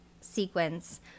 sequence